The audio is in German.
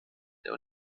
der